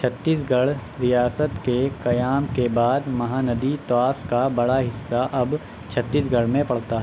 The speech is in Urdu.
چھتیس گڑھ ریاست کے قیام کے بعد مہا ندی طاس کا بڑا حصہ اب چھتیس گڑھ میں پڑتا ہے